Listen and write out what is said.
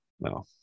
no